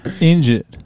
Injured